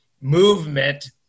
movement